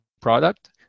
product